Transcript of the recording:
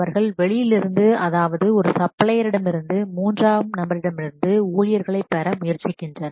அவர்கள் வெளியிலிருந்து அதாவது ஒரு சப்ளையரிடமிருந்து மூன்றாம் நபரிடமிருந்து ஊழியர்களை பெற முயற்சிக்கின்றனர்